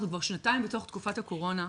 אנחנו כבר שנתיים בתוך תקופת הקורונה.